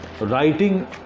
Writing